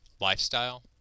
lifestyle